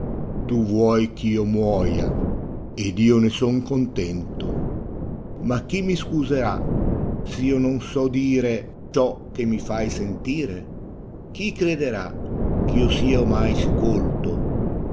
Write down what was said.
tu vuoi ch'io muoia ed io ne son contento ma chi mi scuserà s io non so dire ii ciò che mi fai sentire chi crederà ch'io sìa ornai sì colto